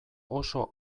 oso